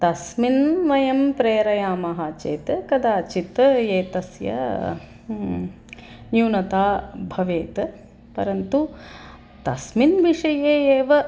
तस्मिन् वयं प्रेरयामः चेत् कदाचित् एतस्याः न्यूनता भवेत् परन्तु तस्मिन् विषये एव